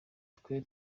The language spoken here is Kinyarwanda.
twe